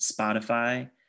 Spotify